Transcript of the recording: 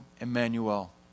Emmanuel